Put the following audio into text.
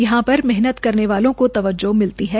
यहां पर मेहनत करने वालों को तब्जों मिलती है